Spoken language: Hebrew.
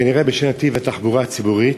כנראה בשל נתיב התחבורה הציבורית.